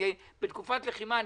אני בתקופת לחימה,